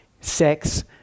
sex